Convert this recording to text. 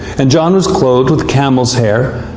and john was clothed with camel's hair,